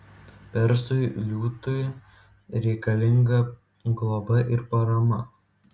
persui liūtui reikalinga globa ir parama